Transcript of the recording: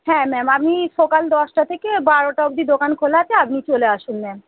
হ্যাঁ ম্যাম আপনি সকাল দশটা থেকে বারোটা অবদি দোকান খোলা আছে আপনি চলে আসুন ম্যাম